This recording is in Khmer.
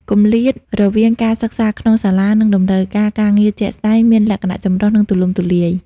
គម្លាតរវាងការសិក្សាក្នុងសាលា និងតម្រូវការការងារជាក់ស្តែងមានលក្ខណៈចម្រុះ និងទូលំទូលាយ។